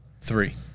Three